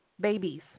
babies